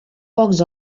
pocs